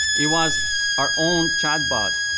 it was our own chatbot,